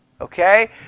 Okay